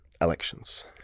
elections